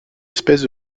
espèces